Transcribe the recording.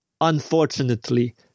Unfortunately